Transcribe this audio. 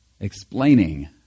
explaining